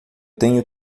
tenho